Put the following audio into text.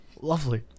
Lovely